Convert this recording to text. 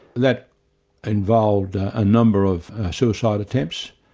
that involved a number of suicide attempts